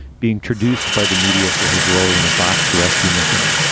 being traduced by the media for his role in a botched rescue mission.